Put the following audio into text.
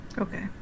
Okay